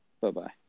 bye-bye